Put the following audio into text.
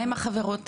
מה עם שאר החברות?